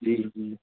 جی جی